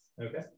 Okay